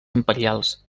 imperials